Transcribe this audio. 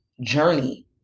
journey